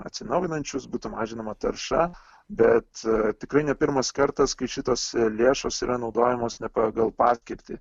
atsinaujinančius būtų mažinama tarša bet tikrai ne pirmas kartas kai šitos lėšos yra naudojamos ne pagal paskirtį